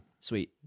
Sweet